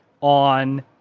on